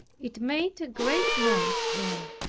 it made a great noise there.